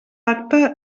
acte